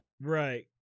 Right